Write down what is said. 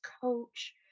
coach